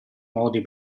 modi